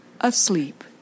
asleep